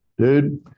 Dude